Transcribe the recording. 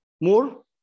more